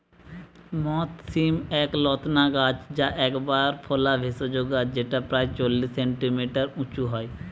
মথ শিম এক লতানা গাছ যা একবার ফলা ভেষজ গাছ যেটা প্রায় চল্লিশ সেন্টিমিটার উঁচু হয়